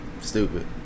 Stupid